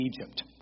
Egypt